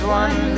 one